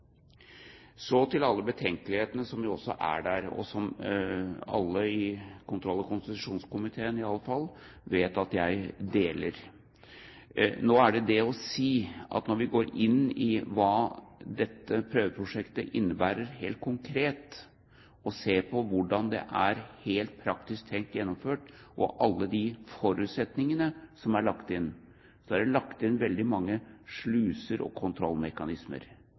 Så til alle betenkelighetene, som jo også er der, og som alle, i alle fall i kontroll- og konstitusjonskomiteen, vet at jeg deler: Når vi går inn i hva dette prøveprosjektet innebærer helt konkret og ser på hvordan det helt praktisk er tenkt gjennomført, og på alle de forutsetningene som er lagt inn, ser vi at det er veldig mange sluser og kontrollmekanismer.